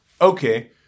Okay